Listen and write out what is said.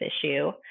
issue